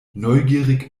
neugierig